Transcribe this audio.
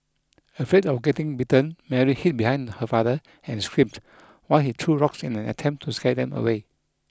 afraid of getting bitten Mary hid behind her father and screamed while he threw rocks in an attempt to scare them away